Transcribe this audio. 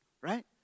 right